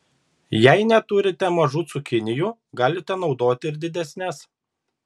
jei neturite mažų cukinijų galite naudoti ir didesnes